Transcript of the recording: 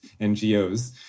NGOs